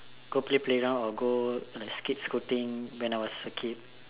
go play playground or go like skate scooting when I was a kid